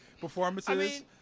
performances